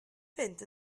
fynd